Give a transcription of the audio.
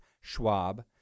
Schwab